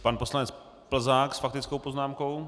Pan poslanec Plzák s faktickou poznámkou.